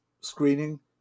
screening